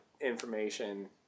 information